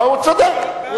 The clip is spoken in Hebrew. הוא צודק.